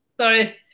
Sorry